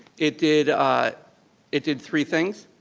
it did ah it did three things.